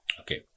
Okay